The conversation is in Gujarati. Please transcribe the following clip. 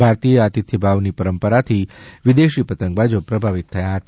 ભારતીય આતિથ્યભાવની પરંપરાથી વિદેશી પતંગબાજો પ્રભાવિત થયા હતા